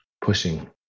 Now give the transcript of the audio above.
pushing